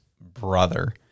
brother